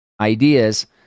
ideas